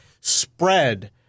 spread